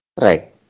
Right